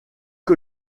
que